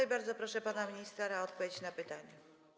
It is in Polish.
I bardzo proszę pana ministra o odpowiedź na pytanie.